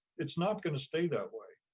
it's not gonna stay that way.